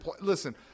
Listen